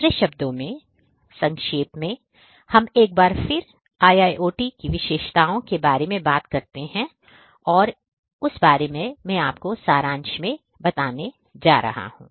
दूसरे शब्दों में संक्षेप में आइए हम एक बार फिर IOT विशेषताओं के बारे में बात करते हैं और इस बारे में आपको सारांश में बताने जा रहा हूं